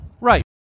Right